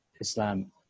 Islam